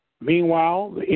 Meanwhile